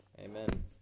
Amen